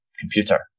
Computer